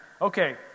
Okay